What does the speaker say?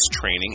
training